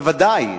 ודאי,